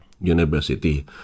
University